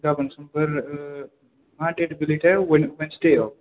गाबोन समफोर मा देट गोग्लैयोथाय वेदनेसडे आव